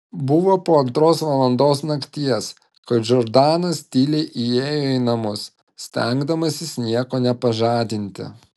buvo po antros valandos nakties kai džordanas tyliai įėjo į namus stengdamasis nieko nepažadinti